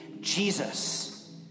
Jesus